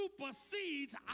supersedes